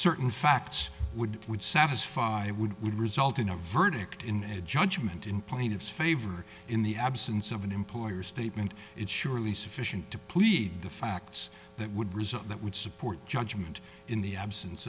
certain facts would would satisfy i would would result in a verdict in a judgment in plaintiff's favor in the absence of an employer's statement it surely sufficient to plead the facts that would result that would support judgment in the absence